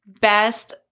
best